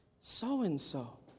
so-and-so